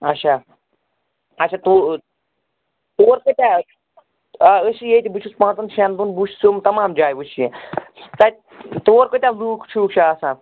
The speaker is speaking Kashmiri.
اچھا اچھا تو تور کۭتیاہ آے آ ٲسۍ چھِ ییٚتہِ بہٕ چھُس پانژن شٮ۪ن دۄہن بہٕ وٕچھٕ یُم تمام جایہِ وٕچھنہِ تَتہِ تور کۭتیاہ لوٗکھ شوٗکھ چھِ آسان